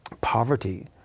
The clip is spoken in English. poverty